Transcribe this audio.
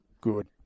Good